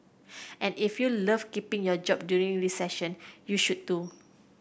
and if you love keeping your job during recession you should too